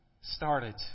started